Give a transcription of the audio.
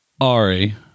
Ari